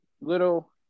little